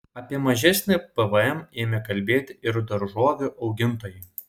apie mažesnį pvm ėmė kalbėti ir daržovių augintojai